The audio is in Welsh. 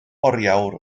oriawr